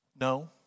No